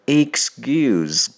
excuse